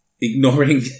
ignoring